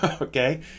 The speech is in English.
Okay